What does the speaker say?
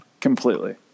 Completely